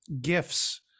gifts